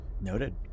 Noted